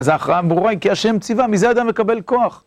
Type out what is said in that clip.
זה הכרעה הברורה, כי השם ציווה, מזה האדם מקבל כוח.